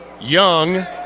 Young